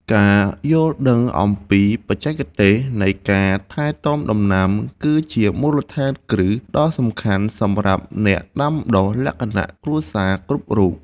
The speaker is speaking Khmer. ការយល់ដឹងអំពីបច្ចេកទេសនៃការថែទាំដំណាំគឺជាមូលដ្ឋានគ្រឹះដ៏សំខាន់សម្រាប់អ្នកដាំដុះលក្ខណៈគ្រួសារគ្រប់រូប។